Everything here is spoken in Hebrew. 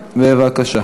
בבקשה.